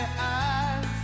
eyes